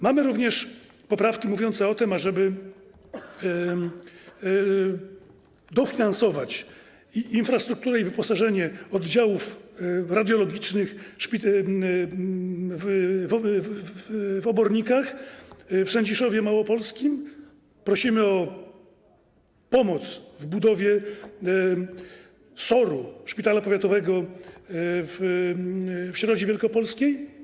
Mamy również poprawki dotyczące tego, ażeby dofinansować infrastrukturę i wyposażenie oddziałów radiologicznych w Obornikach, w Sędziszowie Małopolskim, prosimy też o pomoc w budowie SOR-u w szpitalu powiatowym w Środzie Wielkopolskiej.